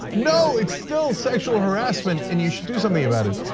no, it's still sexual harassment and you should do something about it.